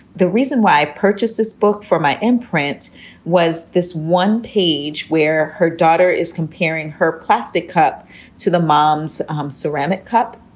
the reason why i purchased this book for my imprint was this one page where her daughter is comparing her plastic cup to the mom's um ceramic cup.